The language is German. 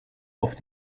auf